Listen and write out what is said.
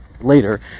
later